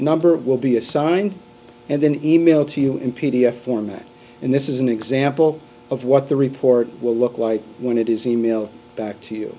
number will be assigned and then e mail to you in p d f format and this is an example of what the report will look like when it is emailed back to you